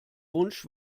wunsch